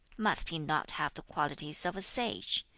must he not have the qualities of a sage?